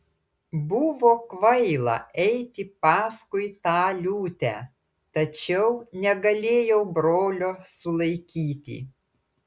buvo kvaila eiti paskui tą liūtę tačiau negalėjau brolio sulaikyti